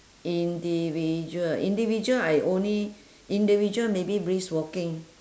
individual individual I only individual maybe brisk walking